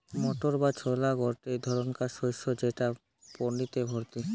motor বা ছোলা গটে ধরণকার শস্য যেটা প্রটিনে ভর্তি